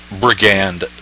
brigand